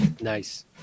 nice